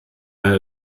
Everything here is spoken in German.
eine